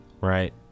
right